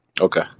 Okay